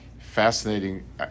fascinating